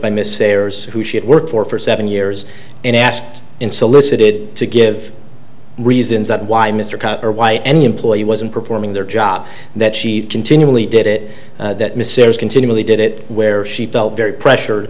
by miss sayers who she had worked for for seven years and asked in solicited to give reasons that why mr karr or why any employee wasn't performing their job that she continually did it that mrs continually did it where she felt very pressured